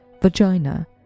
Vagina